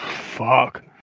Fuck